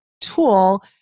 tool